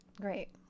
Great